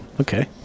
okay